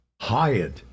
hired